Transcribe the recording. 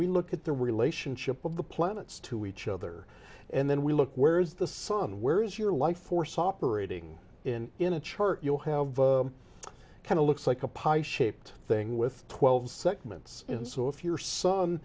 we look at the relationship of the planets to each other and then we look where is the sun where is your life force operating in in a chart you have kind of looks like a pipe shaped thing with twelve segments and so if your son